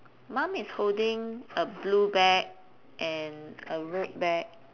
mum is holding a blue bag and a red bag